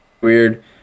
weird